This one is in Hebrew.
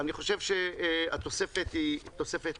אני חושב שהתוספת היא נדרשת.